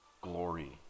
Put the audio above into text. glory